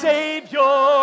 Savior